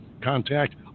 contact